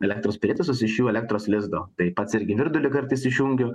elektros prietaisus iš jų elektros lizdo tai pats irgi virdulį kartais išjungiu